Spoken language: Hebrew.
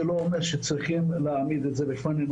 זה לא אומר שצריך להעמיד את זה בפנינו.